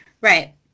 right